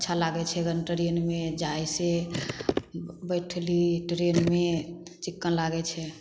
अच्छा लागय छै गन ट्रेन मे जाइ से बैठली ट्रेन मे चिक्कन लागय छै